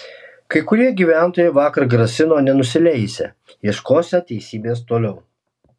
kai kurie gyventojai vakar grasino nenusileisią ieškosią teisybės toliau